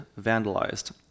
vandalized